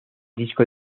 disco